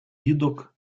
widok